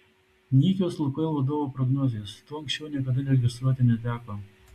nykios lukoil vadovo prognozės to anksčiau niekada registruoti neteko